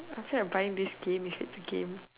I feel like buying this game if it's a game